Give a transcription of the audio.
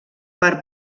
per